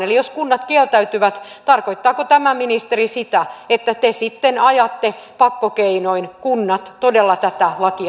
eli jos kunnat kieltäytyvät tarkoittaako tämä ministeri sitä että te sitten ajatte pakkokeinoin kunnat todella tätä lakia noudattamaan